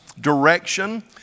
direction